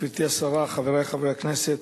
גברתי השרה, חברי חברי הכנסת,